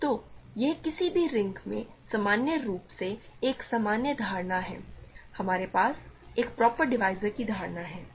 तो यह किसी भी रिंग में सामान्य रूप से एक सामान्य धारणा है हमारे पास एक प्रॉपर डिवीज़र की धारणा है